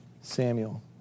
Samuel